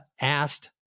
asked